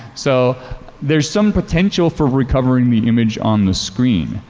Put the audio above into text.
so there's some potential for recovering the image on the screen.